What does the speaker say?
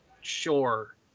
Sure